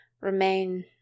remain